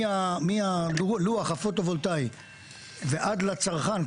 מהלוח ה-פוטו-וולטאי ועד לצרכן,